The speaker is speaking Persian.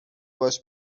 باش